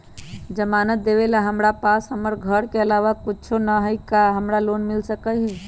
जमानत देवेला हमरा पास हमर घर के अलावा कुछो न ही का हमरा लोन मिल सकई ह?